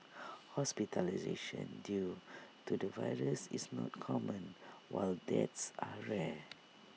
hospitalisation due to the virus is not common while deaths are rare